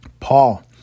Paul